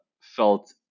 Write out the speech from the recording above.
felt